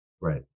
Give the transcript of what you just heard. Right